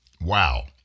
Wow